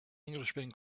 englishman